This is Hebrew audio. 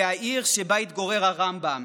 העיר שבה התגורר הרמב"ם.